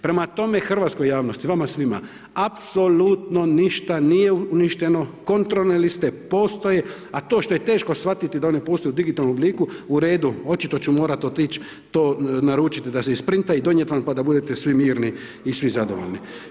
Prema tome, hrvatskoj javnosti, vama svima, apsolutno ništa nije uništeno, kontrolne liste postoje, a to što je teško shvatiti da one postoje u digitalnom obliku, u redu, očito ću morati otići to naručiti da se isprinta i donijeti vam pa da budete svi mirni i svi zadovoljni.